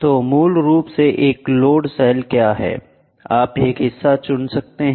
तो मूल रूप से एक लोड सेल क्या है आप एक हिस्सा चुन सकते हैं